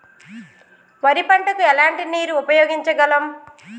వరి పంట కు ఎలాంటి నీరు ఉపయోగించగలం?